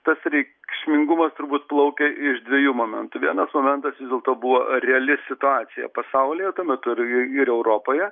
tas reikšmingumas turbūt plaukia iš dviejų momentų vienas momentas vis dėlto buvo reali situacija pasaulyje tuo metu ir ir europoje